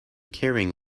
carrying